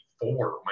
four